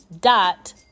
dot